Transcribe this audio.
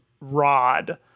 rod